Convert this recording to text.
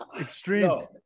Extreme